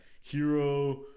Hero